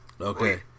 Okay